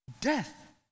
Death